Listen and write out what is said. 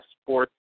Sports